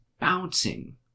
bouncing